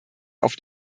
auf